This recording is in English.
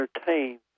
entertain